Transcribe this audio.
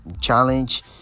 challenge